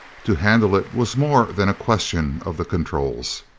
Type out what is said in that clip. to handle it was more than a question of the controls.